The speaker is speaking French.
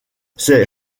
ces